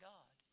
God